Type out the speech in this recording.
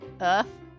Earth